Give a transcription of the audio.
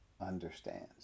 understands